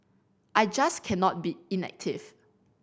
I just cannot be inactive